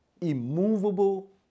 immovable